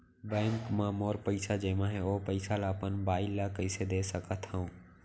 Bank म मोर पइसा जेमा हे, ओ पइसा ला अपन बाई ला कइसे दे सकत हव?